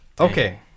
okay